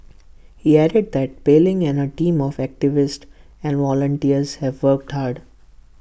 he added that Pei Ling and her team of activists and volunteers have worked hard